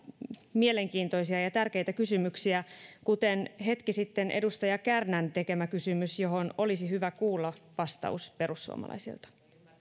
mielenkiintoisia ja ja tärkeitä kysymyksiä kuten hetki sitten edustaja kärnän tekemä kysymys johon olisi hyvä kuulla vastaus perussuomalaisilta